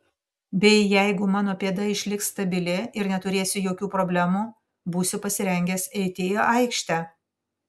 bei jeigu mano pėda išliks stabili ir neturėsiu jokių problemų būsiu pasirengęs eiti į aikštę